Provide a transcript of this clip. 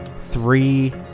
three